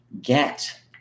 get